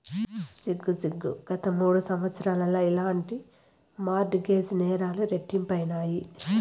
సిగ్గు సిగ్గు, గత మూడు సంవత్సరాల్ల ఇలాంటి మార్ట్ గేజ్ నేరాలు రెట్టింపైనాయి